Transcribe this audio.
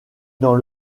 dans